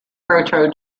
proto